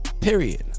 Period